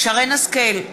שרן השכל,